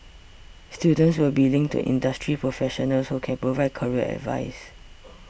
students will be linked to industry professionals who can provide career advice